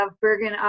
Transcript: Bergen